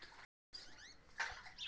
ऊसाची आवक हेक्टरी किती झाली पायजे?